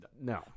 No